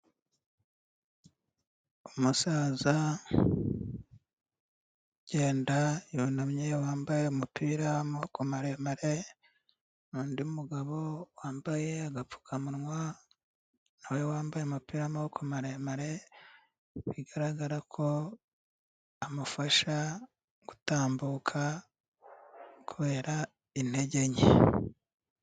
Umusaza ugenda yunamye wambaye umupira w'amaboko maremare, undi mugabo wambaye agapfukamunwa na we wambaye umupira w'amaboko maremare, bigaragara ko amufasha gutambuka kubera intege nke.